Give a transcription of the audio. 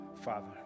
Father